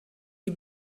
die